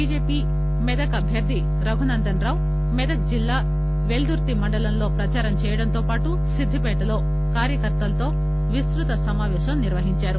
BJP Medak అభ్యర్ది రఘునందన్ రావు మెదక్ జిల్లా పెల్లుర్తి మండలంలో ప్రదారం చేయడంతో పాటు సిద్ధిపేటలో కార్యకర్తలతో విస్తుత సమాపేశం నిర్వహించారు